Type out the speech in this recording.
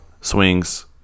swings